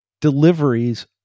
deliveries